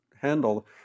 handle